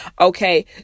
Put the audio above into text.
Okay